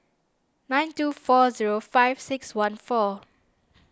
nine two four zero five six one four